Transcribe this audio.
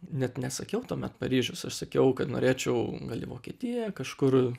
net nesakiau tuomet paryžius aš sakiau kad norėčiau gal į vokietiją kažkur